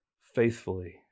faithfully